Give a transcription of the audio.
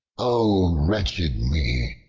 o wretched me!